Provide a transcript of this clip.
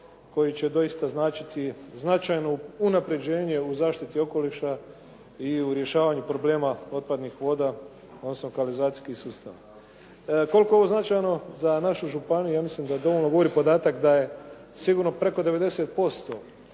koji će doista značiti značajno unapređenje u zaštiti okoliša i u rješavanju problema otpadnih voda, odnosno kanalizacijskih sustava. Koliko je ovo značajno za našu županiju, ja mislim da dovoljno govori podatak da je sigurno preko 90%